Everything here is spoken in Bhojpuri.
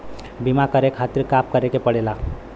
बीमा करे खातिर का करे के पड़ेला?